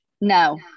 No